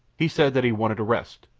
he said that he wanted a rest,